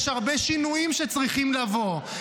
יש הרבה שינויים שצריכים לבוא,